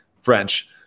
French